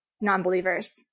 Non-believers